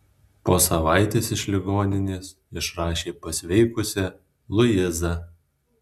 po savaitės iš ligoninės išrašė pasveikusią luizą